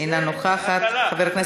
מוותרת.